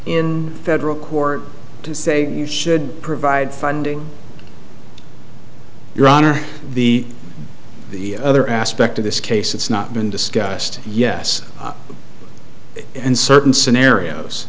in federal court to say you should provide funding your honor the the other aspect of this case it's not been discussed yes and certain scenarios